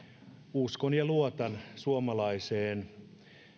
uskon ja luotan suomalaiseen